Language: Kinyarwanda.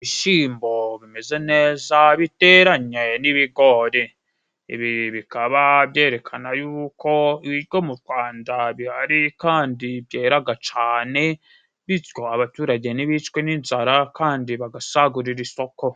Ibishimbo bimeze neza biteranye n'ibigori. Ibi bikaba byerekana y'uko ibiryo mu Rwanda bihari, kandi byeraga cane, bityo abaturage ntibicwe n'inzara kandi bagasagurira isoko.